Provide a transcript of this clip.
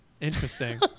Interesting